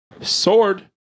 sword